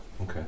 Okay